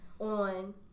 on